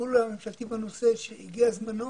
והטיפול הממשלתי בנושא שהגיע זמנו